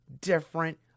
different